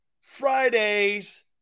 fridays